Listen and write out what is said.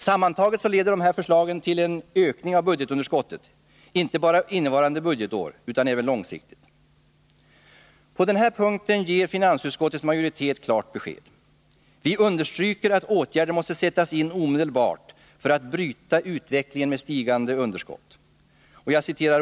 Sammantaget leder dessa förslag till en ökning av budgetunderskottet, inte bara under innevarande budgetår utan även långsiktigt. På den här punkten ger finansutskottets majoritet klart besked. Vi understryker att åtgärder måste sättas in omedelbart för att utvecklingen med stigande underskott skall brytas.